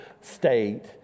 state